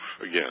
again